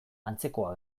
antzekoa